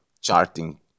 charting